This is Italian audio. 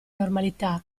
normalità